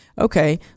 Okay